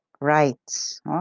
rights